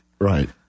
Right